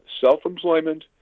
self-employment